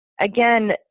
again